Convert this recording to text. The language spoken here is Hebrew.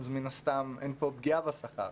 מן הסתם אין פה פגיעה בשכר,